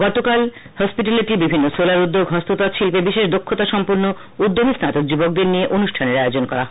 গত কালকের অনুষ্ঠানে হসপিটালিটি বিভিন্ন সোলার উদ্যোগ হস্ততাঁত শিল্পে বিশেষ দক্ষতা সম্পন্ন উদ্যমী স্নাতক যুবকদের নিয়ে অনুষ্ঠানের আয়োজন করা হয়